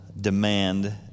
demand